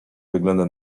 wygląda